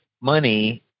money